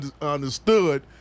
understood